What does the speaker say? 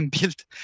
built